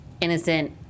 innocent